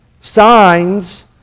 Signs